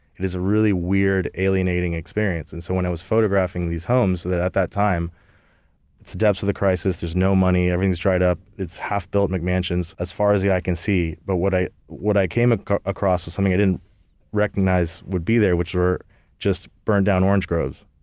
it is a really weird alienating experience. and so, when i was photographing these homes that at that time it's the depths of the crisis, there's no money, everything's dried up, it's half built mcmansions as far as the eye can see. but what i what i came ah across was something i didn't recognize would be there, which were just burnt down orange groves.